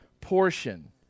portion